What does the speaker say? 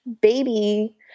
baby